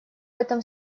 этом